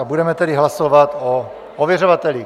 Budeme tedy hlasovat o ověřovatelích.